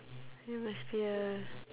you must be a